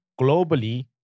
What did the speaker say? globally